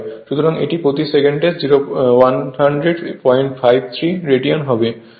সুতরাং এটি প্রতি সেকেন্ডে 10053 রেডিয়ান হবে